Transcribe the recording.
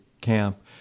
camp